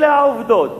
אלה העובדות.